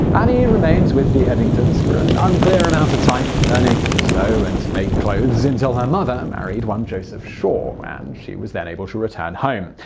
annie remained with the edingtons for an unclear amount of time, learning to sew and make clothes until her mother married one joseph shaw, and she was able to return home.